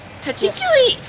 particularly